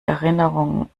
erinnerung